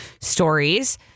stories